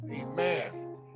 amen